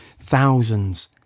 thousands